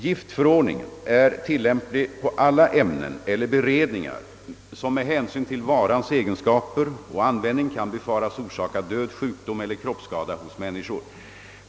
Giftförordningen är tillämplig på alla ämnen eller beredningar, som med hänsyn till varans egenskaper och användning kan befaras orsaka död, sjukdom eller kroppsskada hos människor.